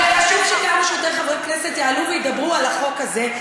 וחשוב שכמה שיותר חברי כנסת יעלו וידברו על החוק הזה,